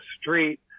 street